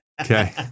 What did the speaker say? Okay